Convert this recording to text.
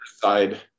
side